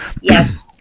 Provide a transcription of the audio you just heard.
Yes